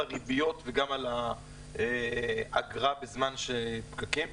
הריביות וגם על האגרה בזמן של פקקים?